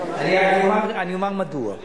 אני אומר מדוע.